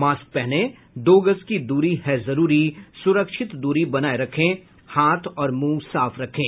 mask पहने दो गज की दूरी है जरूरी सुरक्षित दूरी बनाए रखें हाथ और मुंह साफ रखें